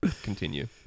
continue